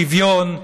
שוויון,